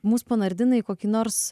mus panardina į kokį nors